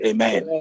Amen